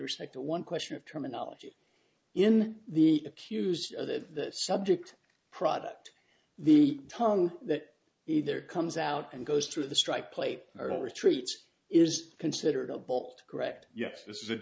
respect to one question of terminology in the accused that subject product the tongue that either comes out and goes through the strike plate or all retreats is considered a bolt correct yes th